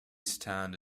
stand